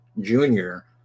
junior